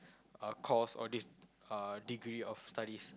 uh course or this uh degree of studies